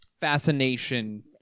Fascination